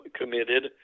committed